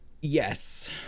Yes